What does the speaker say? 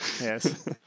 yes